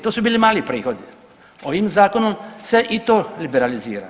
To su bili mali prihodi, ovim zakonom se i to liberalizira.